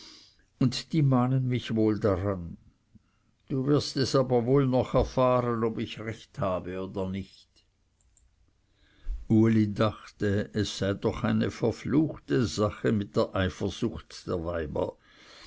und die mahnen mich wohl daran du wirst es aber wohl noch erfahren ob ich recht habe oder nicht uli dachte es sei doch eine verfluchte sache mit der eifersucht der weiber